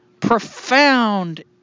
Profound